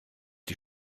die